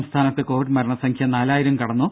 സംസ്ഥാനത്ത് കോവിഡ് മരണസംഖ്യ നാലായിരം കടന്നു